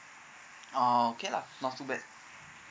oh okay lah not too bad